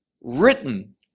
written